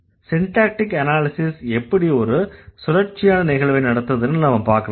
syntactic analysis எப்படி ஒரு சுழற்சியான நிகழ்வை நடத்துதுன்னு நாம பார்க்கலாம்